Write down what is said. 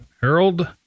Harold